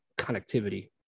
connectivity